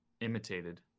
imitated